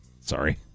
Sorry